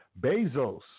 Bezos